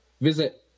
visit